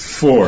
four